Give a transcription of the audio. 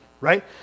right